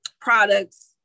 products